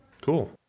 Cool